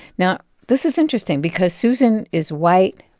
now, this is interesting because susan is white,